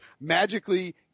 magically